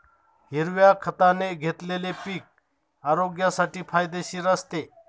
हिरव्या खताने घेतलेले पीक आरोग्यासाठी फायदेशीर असते